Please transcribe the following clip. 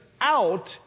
out